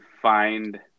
find